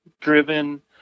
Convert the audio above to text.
driven